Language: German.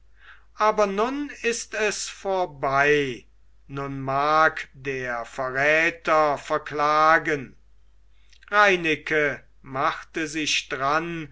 aber nun ist es vorbei nun mag der verräter verklagen reineke machte sich dran